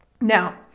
now